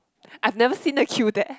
I've never seen the queue there